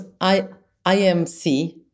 IMC